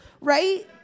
Right